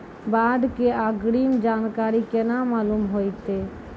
बाढ़ के अग्रिम जानकारी केना मालूम होइतै?